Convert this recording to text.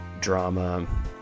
drama